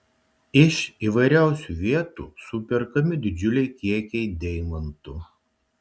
iš įvairiausių vietų superkami didžiuliai kiekiai deimantų